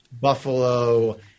buffalo